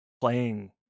playing